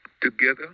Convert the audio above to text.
Together